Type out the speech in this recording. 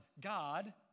God